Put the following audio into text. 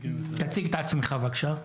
תציג את עצמך בבקשה.